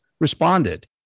responded